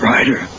Rider